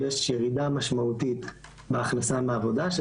יש ירידה משמעותית בהכנסה מעבודה,